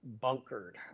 bunkered